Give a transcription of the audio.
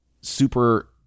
super